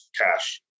cash